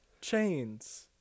chains